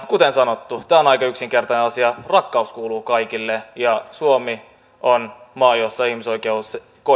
kuten sanottu tämä on aika yksinkertainen asia rakkaus kuuluu kaikille ja suomi on maa jossa ihmisoikeudet